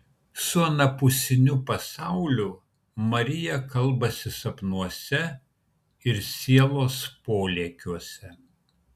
su anapusiniu pasauliu marija kalbasi sapnuose ir sielos polėkiuose